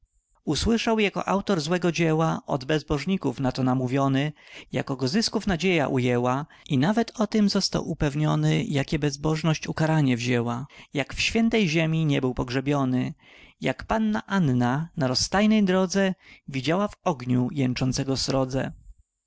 usłyszał jako autor złego dzieła od bezbożników na to namówiony jako go zysków nadzieja ujęła i nawet o tem został upewniony jakie bezbożność ukaranie wzięła jak w świętej ziemi nie był pogrzebiony jak panna anna na rozstajnej drodze widziała w ogniu jęczącego srodze